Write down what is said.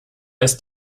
ist